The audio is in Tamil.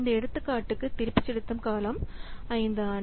இந்த எடுத்துக்காட்டுக்கு திருப்பிச் செலுத்தும் காலம் 5 ஆண்டு